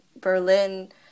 Berlin